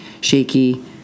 shaky